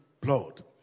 blood